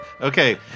Okay